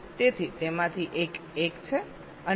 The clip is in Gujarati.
તેથી તેમાંથી એક 1 છે અન્ય 0 છે